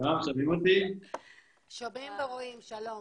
הבאים עלינו לטובה.